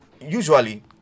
usually